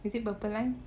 is it purple line